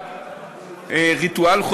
ריטואל,